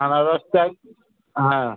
আনারস চাই হ্যাঁ